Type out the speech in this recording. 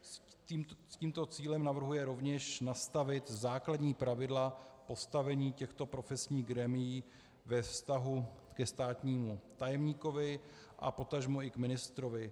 S tímto cílem navrhuje rovněž nastavit základní pravidla postavení těchto profesních grémií ve vztahu ke státnímu tajemníkovi a potažmo i k ministrovi.